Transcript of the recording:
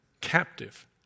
Captive